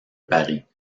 paris